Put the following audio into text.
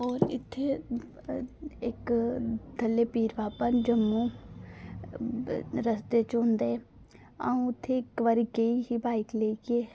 और इत्थै इक कल्ले पीर बाबा न जम्मू रस्ते च ओंदे अऊं उत्थै इक बारी गेई ही बाइक लेइयै